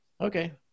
Okay